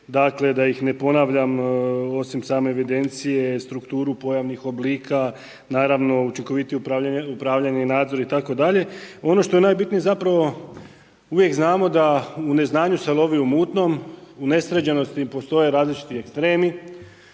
dakle da ih ne ponavljam, osim same evidencije, strukturu pojavnih oblika, naravno učinkovitije upravljanje i nadzor itd. Ono što je najbitnije zapravo uvijek znamo da u neznanju se lovi u mutnom, u nesređenosti postoje različiti ekstremi